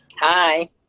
Hi